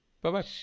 Bye-bye